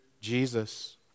Jesus